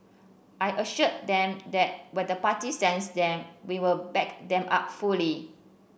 I assured them that where the party sends them we will back them up fully